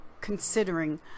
considering